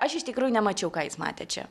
aš iš tikrųjų nemačiau ką jis matė čia